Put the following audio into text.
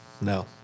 No